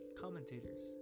commentators